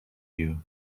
you